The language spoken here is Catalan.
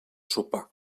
sopar